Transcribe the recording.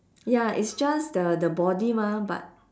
ya it's just the the body mah but